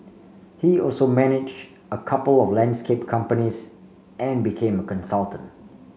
he also managed a couple of landscape companies and became a consultant